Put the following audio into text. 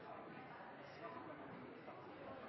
statsråd. Men